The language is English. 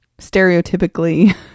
stereotypically